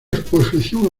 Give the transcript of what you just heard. exposición